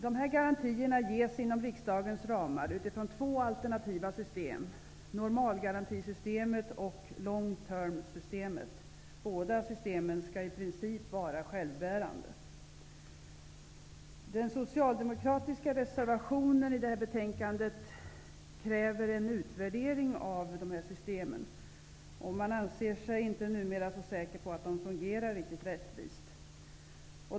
Dessa garantier ges inom riksdagens ramar utifrån två alternativa system: normalgarantisystemet och ''long term''-systemet. Båda systemen skall i princip vara självbärande. I den socialdemokratiska reservationen i det här betänkandet kräver man en utvärdering av dessa system. Man anser sig numera inte vara säker på att de fungerar riktigt rättvist.